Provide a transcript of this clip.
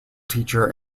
teacher